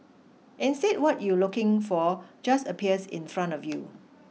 instead what you looking for just appears in front of you